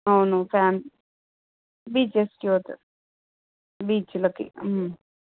అవును ఫ్యామ్ బీచెస్కి పోతారు బీచ్లకి